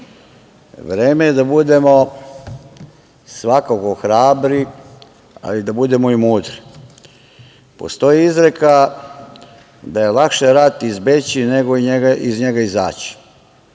Vreme je da budemo svakako hrabri, ali da budemo i mudri. Postoji izreka da je lakše rat izbeći nego iz njega izaći.